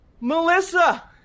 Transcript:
Melissa